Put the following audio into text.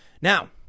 Now